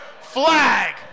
flag